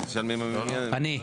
אני.